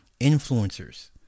influencers